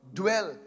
dwell